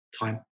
time